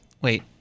wait